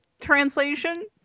translation